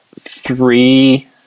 three